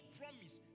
promise